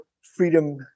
freedom